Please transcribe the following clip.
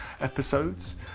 episodes